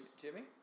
Jimmy